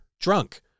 drunk